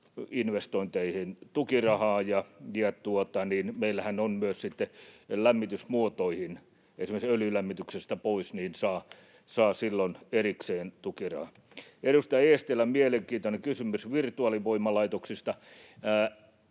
energiansäästöinvestointeihin tukirahaa, ja meillähän on myös sitten lämmitysmuotoihin tukia, esimerkiksi öljylämmityksestä pois saa erikseen tukirahaa. Edustaja Eestilän mielenkiintoiseen kysymykseen virtuaalivoimalaitoksista: